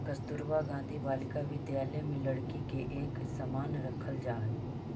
कस्तूरबा गांधी बालिका विद्यालय में लड़की के एक समान रखल जा हइ